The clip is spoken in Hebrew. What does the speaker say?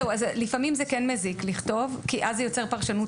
לפעמים זה כן מזיק לכתוב כי אז זה יוצר פרשנות